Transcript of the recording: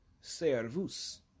Servus